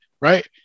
Right